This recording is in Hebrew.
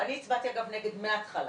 אני הצבעתי נגד מהתחלה.